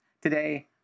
Today